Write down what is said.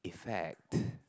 effect